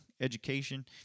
education